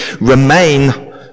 remain